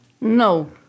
No